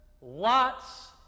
Lot's